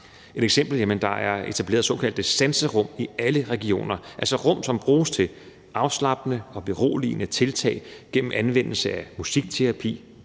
at der er etableret såkaldte sanserum i alle regioner, altså rum, som bruges til afslappende og beroligende tiltag gennem anvendelse af musikterapi,